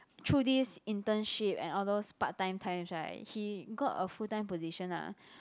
through this internship and all those part time times right he got a full time position lah